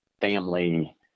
family